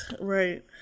Right